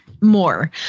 more